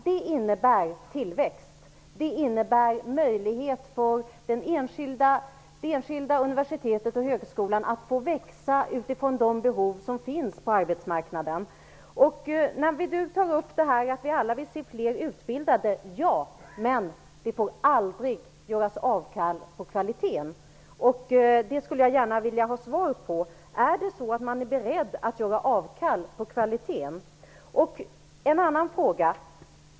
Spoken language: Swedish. Det innebär tillväxt och möjlighet för det enskilda universitetet och den enskilda högskolan att få växa utifrån de behov som finns på arbetsmarknaden. Majléne Westerlund Panke tar upp att vi alla vill se fler utbildade. Ja, men det får aldrig göras avkall på kvaliteten. Jag vill gärna ha svar på frågan om man är beredd att göra avkall på kvaliteten.